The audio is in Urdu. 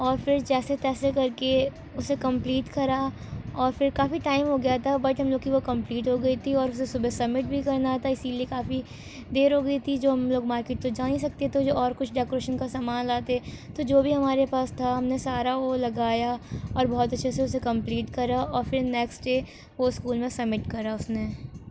اور پھر جیسے تیسے کر کے اسے کمپلیٹ کرا اور پھر کافی ٹائم ہو گیا تھا بٹ ہم لوگ کی وہ کمپلیٹ ہوگئی تھی اور اسے صبح سبمٹ بھی کرنا تھا اسی لیے کافی دیر ہوگئی تھی جو ہم لوگ مارکیٹ تو جا نہیں سکتے تو جو اور کچھ ڈیکوریشن کا سامان لاتے تو جو بھی ہمارے پاس تھا ہم نے سارا وہ لگایا اور بہت اچھے سے اسے کمپلیٹ کرا اور پھر نیکسٹ ڈے وہ اسکول میں سبمٹ کرا اس نے